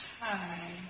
Hi